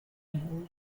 moved